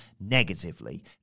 negatively